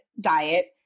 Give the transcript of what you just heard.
diet